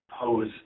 pose